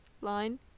Line